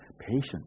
patient